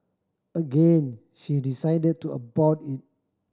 again she decided to abort it